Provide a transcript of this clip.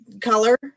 color